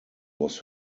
was